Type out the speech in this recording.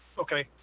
Okay